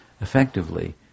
effectively